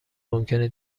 ممکنه